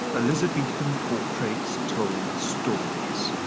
elizabethan portraits told stories